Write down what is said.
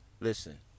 Listen